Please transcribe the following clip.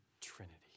Trinity